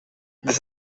this